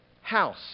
house